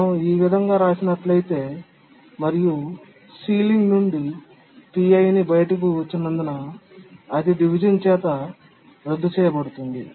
మనం ఈ విధంగా రాసినట్లయితే మరియు పైకప్పు నుండి pi బయటకు వచ్చినందున అది డివిజన్ చేత రద్దు చేయబడింది